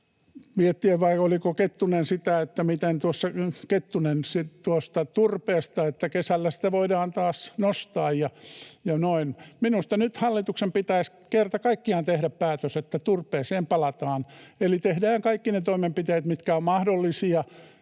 taisi — vai oliko Kettunen — miettiä tuosta turpeesta, että kesällä sitä voidaan taas nostaa, ja noin. Minusta nyt hallituksen pitäisi kerta kaikkiaan tehdä päätös, että turpeeseen palataan eli tehdään kaikki ne toimenpiteet, mitkä ovat mahdollisia,